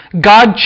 God